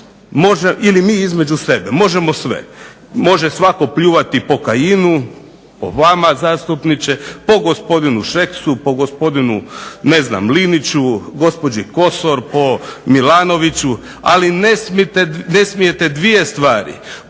ili mi između sebe možemo sve. Može svatko pljuvati po Kajinu, po vama zastupniče, po gospodinu Šeksu, po gospodinu ne znam Liniću, gospođi Kosor, po Milanoviću, ali ne smijete 2 stvari: